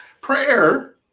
Prayer